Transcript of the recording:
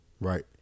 Right